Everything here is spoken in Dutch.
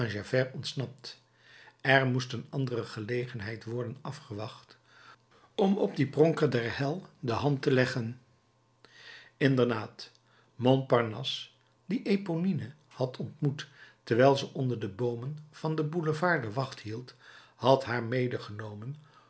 ontsnapt er moest een andere gelegenheid worden afgewacht om op dien pronker der hel de hand te leggen inderdaad montparnasse die eponine had ontmoet terwijl ze onder de boomen van den boulevard de wacht hield had haar